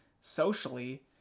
socially